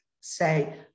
say